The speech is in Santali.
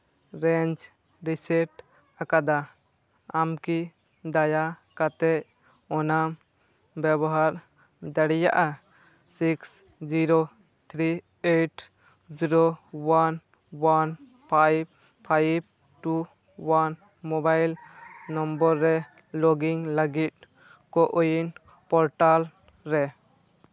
ᱨᱮᱧᱡᱽ ᱨᱤᱥᱮᱴ ᱟᱠᱟᱫᱟ ᱟᱢ ᱠᱤ ᱫᱟᱭᱟ ᱠᱟᱛᱮ ᱚᱱᱟ ᱵᱮᱵᱚᱦᱟᱨ ᱫᱟᱲᱮᱭᱟᱜᱼᱟ six zero three eight zero one one five five two one mobile number ᱨᱮ ᱞᱚᱜᱽ ᱤᱱ ᱞᱟᱹᱜᱤᱫ ᱠᱳᱼᱩᱭᱤᱱ ᱯᱳᱨᱴᱟᱞ ᱨᱮ